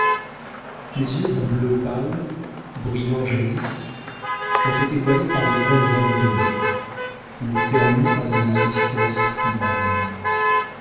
les yeux d'un bleu pâle brillants jadis ont été voilés par des peines inconnues ou ternis par une tristesse morne